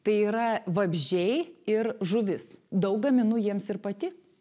tai yra vabzdžiai ir žuvis daug gaminu jiems ir pati